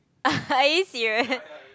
are you serious